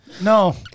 No